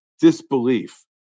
disbelief